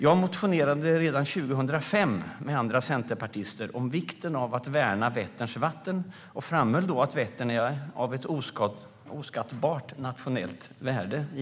Jag motionerade redan 2005 tillsammans med andra centerpartister om vikten av att värna Vätterns vatten och framhöll då att Vättern givetvis är av ett oskattbart nationellt värde.